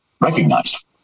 recognized